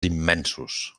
immensos